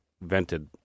vented